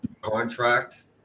contract